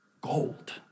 gold